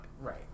right